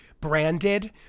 branded